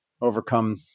overcome